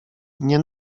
nie